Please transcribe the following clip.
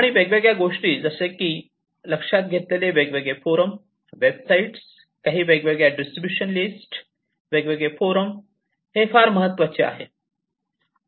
आणि वेगवेगळ्या गोष्टी जसे की लक्षात घेतलेले वेगवेगळे फोरम वेबसाईट काही वेगळ्या डिस्ट्रीब्यूशन लिस्ट वेगवेगळे फोरम हे फार महत्वाचे आहे